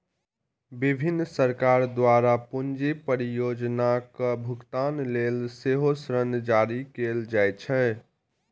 विभिन्न सरकार द्वारा पूंजी परियोजनाक भुगतान लेल सेहो ऋण जारी कैल जाइ छै